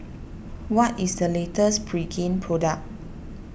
what is the latest Pregain product